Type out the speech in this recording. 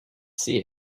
see